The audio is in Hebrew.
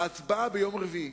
ההצבעה ביום רביעי.